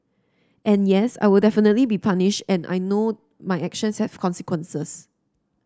and yes I will definitely be punished and I know my actions have consequences